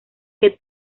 que